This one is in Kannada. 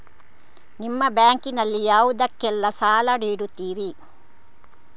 ನಿಮ್ಮ ಬ್ಯಾಂಕ್ ನಲ್ಲಿ ಯಾವುದೇಲ್ಲಕ್ಕೆ ಸಾಲ ನೀಡುತ್ತಿರಿ?